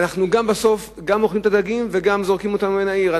ובסוף אנחנו גם אוכלים את הדגים וגם זורקים אותנו מן העיר.